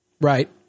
Right